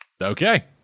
Okay